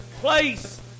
place